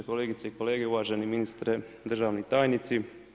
Kolegice i kolege, uvaženi ministre, državni tajnici.